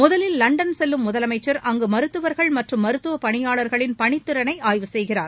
முதலில் லண்டன் செல்லும் முதலமைச்சா் அங்கு மருத்துவர்கள் மற்றும் மருத்துவப் பணியாளர்களின் பணித்திறனை ஆய்வு செய்கிறார்